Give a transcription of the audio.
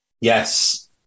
Yes